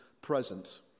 present